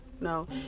No